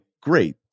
great